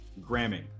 Gramming